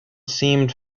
seemed